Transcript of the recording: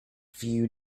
few